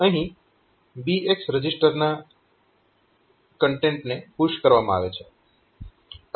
અહીં BX રજીસ્ટરના કન્ટેન્ટને પુશ કરવામાં આવે છે